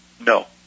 No